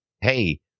hey